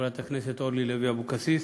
חברת הכנסת אורלי לוי אבקסיס.